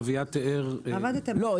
אביעד תיאר --- עבדתם --- לא,